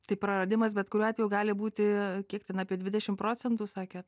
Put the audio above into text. tai praradimas bet kuriuo atveju gali būti kiek ten apie dvidešim procentų sakėt